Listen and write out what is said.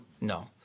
No